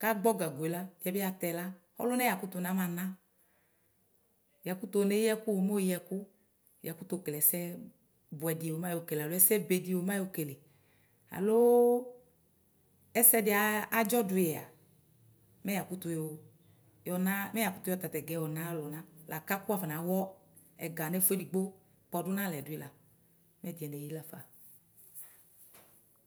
kagbɔ gagoe la yɛbɩ atɛ la ɔlʋnɛ yakʋtʋ na mana yakʋ neyi ɛkʋ o moyi ɛkʋ yakʋtʋ kele ɛsɛ bʋɛdɩo mayɔkele alo ɛsɛbe dio mokele alo ɛsɛdɩ adzɔdʋyɛa mɛ yakʋ yɔna mɛ yakʋtʋ yɔ tatɛga yɔna amɛ ayɔlʋna laka kʋ wafɔna nawɔ ɛga nʋ ɛfʋ edigbo kpɔdʋ nalɛ duila mɛ ɛdiɛ neyi lafa.